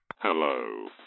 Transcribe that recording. Hello